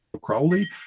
Crowley